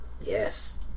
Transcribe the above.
yes